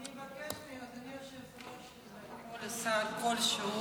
אני אבקש מאדוני היושב-ראש לקרוא לשר כלשהו